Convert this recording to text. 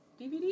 DVD